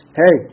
hey